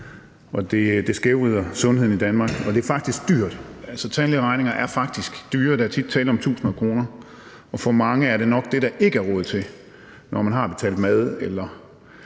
det skævvrider sundheden i Danmark, og det er faktisk dyrt. Tandlægeregninger er faktisk dyre. Der er tit tale om tusinder af kroner, og for mange er det nok det, der ikke er råd til, når man har betalt mad eller